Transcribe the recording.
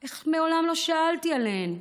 איך מעולם לא שאלתי עליהם?